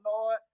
lord